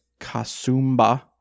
Kasumba